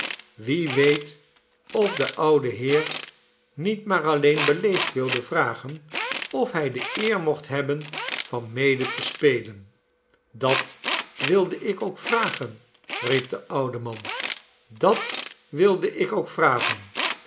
wie weet of de oude heer niet maar alleen beleefd wilde vragen of hij de eer mocht hebben van mede te spelen dat wilde ik ook vragen riep de oude man dat wilde ik ook vragen